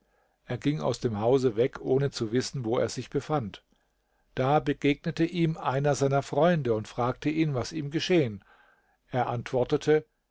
er ging aus dem hause weg ohne zu wissen wo er sich befand da begegnete ihm einer seiner freunde und fragte ihn was ihm geschehen er antwortete